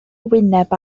wyneb